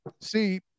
See